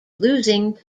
losing